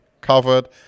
covered